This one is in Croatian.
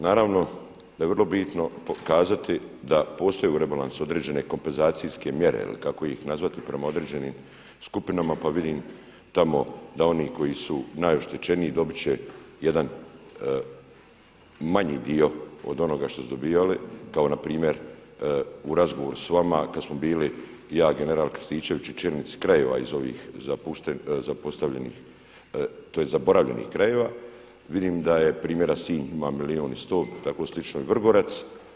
Naravno da je vrlo bitno pokazati da postoje u rebalansu određene kompenzacijske mjere ili kako ih nazvati prema određenim skupinama pa vidim tamo da oni koji su najoštećeniji dobit će jedan manji dio od onoga što su dobivali, kao npr. u razgovoru s vama kada smo bili ja i general Krstičević i čelnici krajeva iz ovih zapostavljenih, tj. zaboravljenih krajeva, vidim da je primjera Sinj ima milijun i sto, tako slično i Vrgorac.